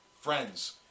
Friends